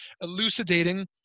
elucidating